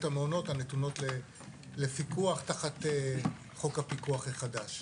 המעונות הנתונות לפיקוח תחת חוק הפיקוח החדש.